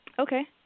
Okay